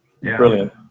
Brilliant